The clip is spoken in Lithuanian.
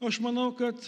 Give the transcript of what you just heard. aš manau kad